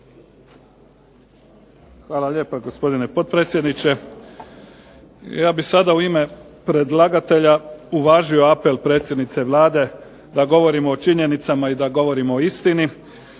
Hvala lijepa, gospodine potpredsjedniče. Ja bih sada u ime predlagatelja uvažio apel predsjednice Vlade da govorimo o činjenicama i da govorimo o istini